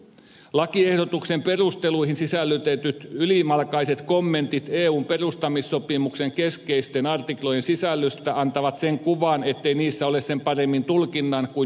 lakiehdotuksen perusteluihin sisällytetyt ylimalkaiset kommentit eun perustamissopimuksen keskeisten artiklojen sisällöstä antavat sen kuvan ettei niissä ole sen paremmin tulkinnan kuin joustamisenkaan varaa